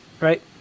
right